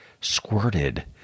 squirted